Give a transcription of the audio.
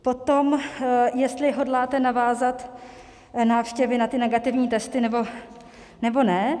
Potom jestli hodláte navázat návštěvy na ty negativní testy, nebo ne.